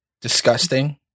disgusting